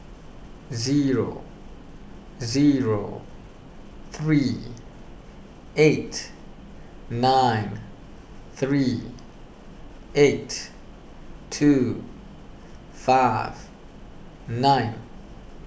zero zero three eight nine three eight two five nine